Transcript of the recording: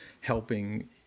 helping